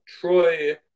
Troy